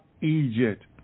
Egypt